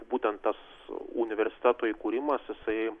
būtent tas universiteto įkūrimas jisai